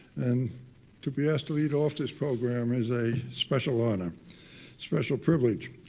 and to be asked to lead off this program is a special honor special privilege.